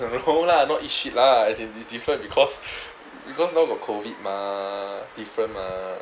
no lah not eat shit lah as in it's different because because now got COVID mah different mah